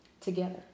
together